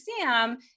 SAM